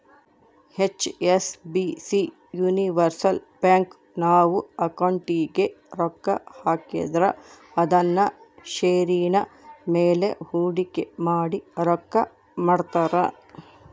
HSBC universal bank, ನಾವು ಅಕೌಂಟಿಗೆ ರೊಕ್ಕ ಹಾಕಿದ್ರ ಅದುನ್ನ ಷೇರಿನ ಮೇಲೆ ಹೂಡಿಕೆ ಮಾಡಿ ರೊಕ್ಕ ಮಾಡ್ತಾರ